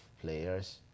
players